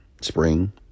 Spring